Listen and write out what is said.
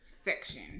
section